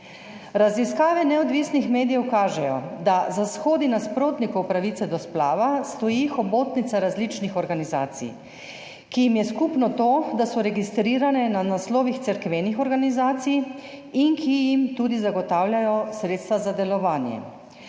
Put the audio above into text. Raziskave neodvisnih medijev kažejo, da za shodi nasprotnikov pravice do splava stoji hobotnica različnih organizacij, ki jim je skupno to, da so registrirane na naslovih cerkvenih organizacij in ki jim tudi zagotavljajo sredstva za delovanje.